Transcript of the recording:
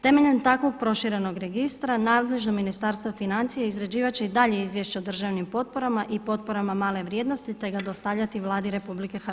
Temeljem takvog proširenog registra nadležno Ministarstvo financija izrađivati će i dalje izvješće o državnim potporama i potporama male vrijednosti te ga dostavljati Vladi RH.